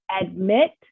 admit